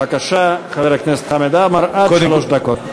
בבקשה, חבר הכנסת חמד עמאר, עד שלוש דקות.